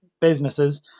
businesses